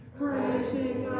praising